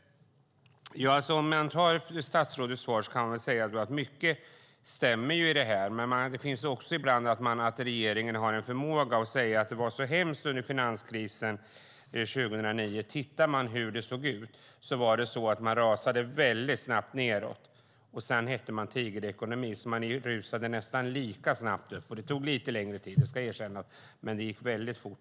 Mycket i statsrådets svar stämmer. Men regeringen har ibland en förmåga att säga att det var så hemskt under finanskrisen 2009. Tittar man hur det såg ut rasade det mycket snabbt nedåt. Sedan kallades man tigerekonomi. Men det gick nästan lika snabbt upp, men jag ska erkänna att det tog lite längre tid.